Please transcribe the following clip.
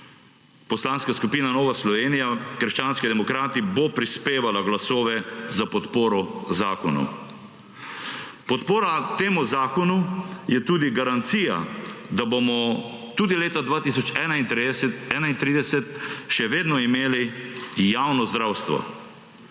Poslanska skupina Nova Slovenija − krščanski demokrati bo prispevala glasove za podporo zakonu. Podpora temu zakonu je tudi garancija, da bomo tudi leta 2031 še vedno imeli javno zdravstvo.